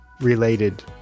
related